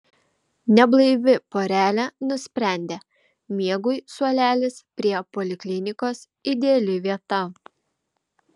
neblaivi porelė nusprendė miegui suolelis prie poliklinikos ideali vieta